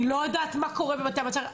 אני לא יודעת מה קורה בבתי המעצר,